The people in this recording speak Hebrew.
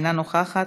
אינה נוכחת,